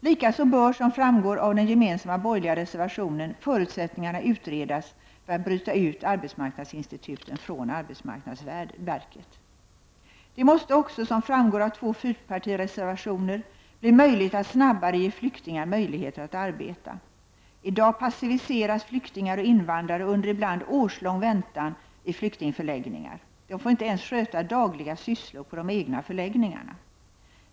Likaså bör, som framgår av den gemensamma borgerliga reservationen, förutsättningarna för att bryta ut arbetsmarknadsinstituten från arbetsmarknadsverket utredas. Det måste också, som framgår av två fyrpartireservationer, bli möjligt att snabbare ge flyktingar möjligheter att arbeta. I dag passiviseras flyktingar och invandrare under ibland årslång väntan i flyktingförläggningar. De får inte ens sköta dagliga sysslor på de egna förläggningarna.